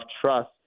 trust